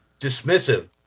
dismissive